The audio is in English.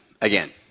again